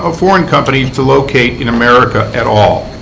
ah foreign companies to locate in america at all.